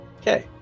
okay